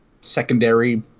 secondary